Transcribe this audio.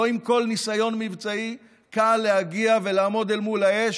לא עם כל ניסיון מבצעי קל להגיע ולעמוד מול האש